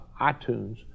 iTunes